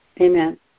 amen